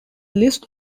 list